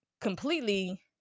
completely